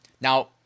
Now